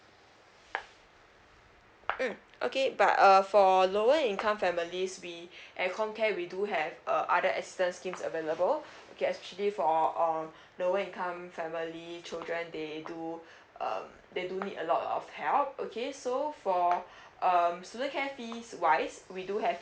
mm okay but uh for lower income families we at com care we do have uh other assistance scheme available okay especially for uh lower income family children they do uh they do need a lot of help okay so for um student care fees wise we do have